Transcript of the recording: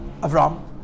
Avram